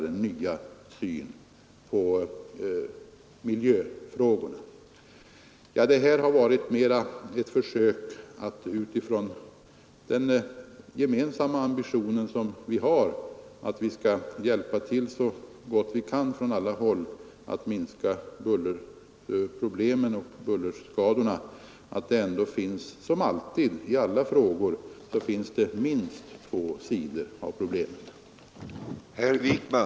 Detta har varit ett försök utifrån den gemensamma ambition som vi har — att vi skall hjälpa till så gott vi kan från alla håll att minska bullerproblemen och bullerskadorna — att framhålla att det som alltid, i alla frågor, finns minst två sidor av problemen.